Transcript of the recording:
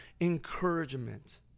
encouragement